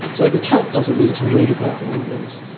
so the cat doesn't need to read about all this,